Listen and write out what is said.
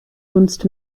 dunst